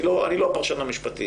אני לא הפרשן המשפטי.